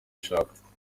ushaka